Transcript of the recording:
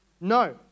No